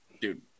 dude